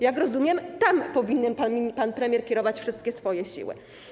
Jak rozumiem, tam powinien pan premier kierować wszystkie swoje siły.